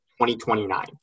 2029